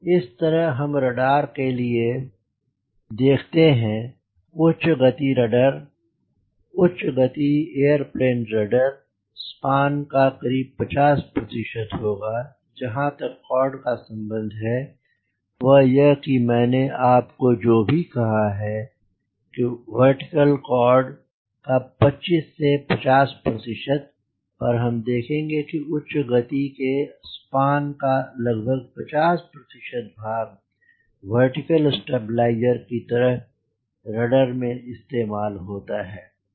इसी तरह हम रडर के लिए देखते हैं उच्च गति रडर उच्च गति एयर प्लेन रडर स्पान का करीब 50 प्रतिशत होगा और जहाँ तक कॉर्ड का सम्बन्ध है वह यह कि मैंने आपको जो भी कहा है कि वर्टीकल टेल कॉर्ड का 25 से 50 प्रतिशत पर हम देखेंगे कि उच्च गति के लिए स्पान का लगभग 50 प्रतिशत भाग वर्टीकल स्टेबलाइजर की तरह रडर में इस्तेमाल होता है